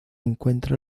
encuentra